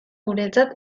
guretzat